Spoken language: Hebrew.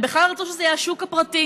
הם בכלל רצו שזה יהיה השוק הפרטי,